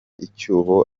icyuho